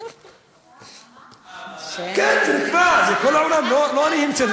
אה, הוועדה קבעה?